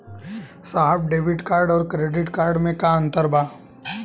साहब debit card और credit card में का अंतर बा?